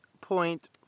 point